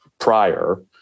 prior